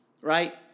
Right